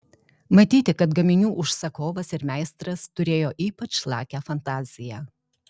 matyti kad gaminių užsakovas ir meistras turėjo ypač lakią fantaziją